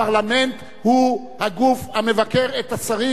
הפרלמנט הוא הגוף המבקר את השרים,